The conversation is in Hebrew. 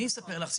אני אספר לך סיפור.